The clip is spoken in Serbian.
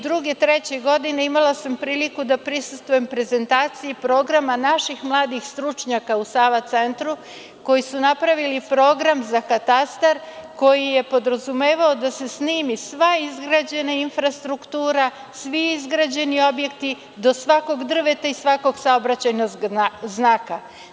Imala sam priliku 1992, 1993. godine da prisustvujem prezentaciji programa naših mladih stručnjaka u Sava centru koji su napravili program za katastar koji je podrazumevao da se snimi sva izgrađena infrastruktura, svi izgrađeni objekti do svakog drveta i svakog saobraćajnog znaka.